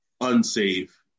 unsafe